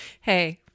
hey